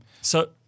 So-